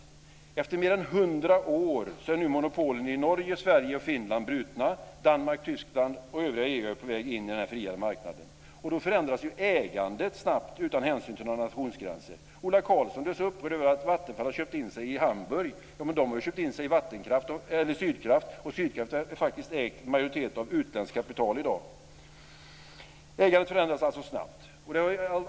Efter mer än 100 år är nu monopolen i Norge, Sverige och Finland brutna. Danmark, Tyskland och övriga EU är på väg in i denna fria marknad. Då förändras ju ägandet snabbt, utan hänsyn till några nationsgränser. Ola Karlsson blev så upprörd över att Vattenfall har köpt in sig i Hamburg. Men de har ju köpt in sig i Sydkraft, och majoriteten i Sydkraft ägs faktiskt av utländskt kapital i dag. Ägandet förändras alltså snabbt.